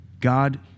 God